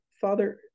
Father